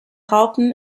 raupen